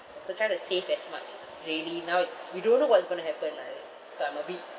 so try to save as much really now it's we don't know what's going to happen lah eh so I'm a bit